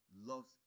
loves